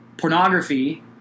pornography